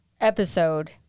episode